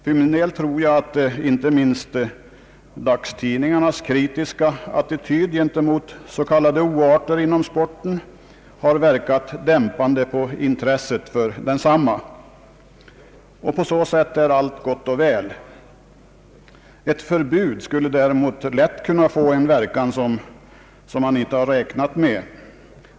För min del tror jag att inte minst dagstidningarnas kritiska attityd gentemot s.k. oarter inom sporten har verkat dämpande på intresset för densamma. Och på så sätt är allt gott och väl. Ett förbud skulle däremot lätt kunna få en verkan som man inte har räknat med.